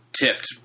tipped